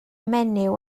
menyw